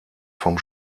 vom